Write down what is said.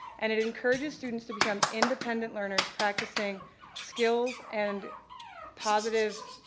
and it encourages students to be come independent learners, practicing skills and positive